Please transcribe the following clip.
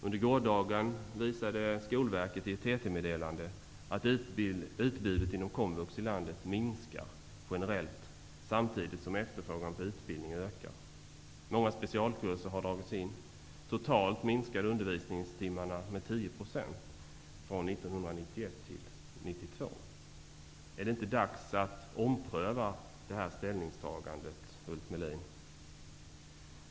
Under gårdagen uppgav Skolverket i ett TT-meddelande att utbudet inom komvux i landet generellt minskar samtidigt som efterfrågan på utbildning ökar. Många specialkurser har dragits in. Totalt minskade undervisningstimmarna från 1991 till 1992 med 10 %. Är det inte dags att ompröva detta ställningstagande, Ulf Melin?